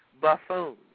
buffoon